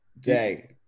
Day